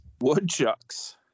Woodchucks